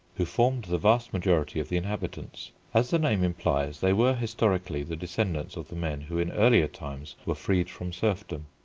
who formed the vast majority of the inhabitants. as the name implies, they were historically the descendants of the men who in earlier times were freed from serfdom.